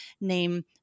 name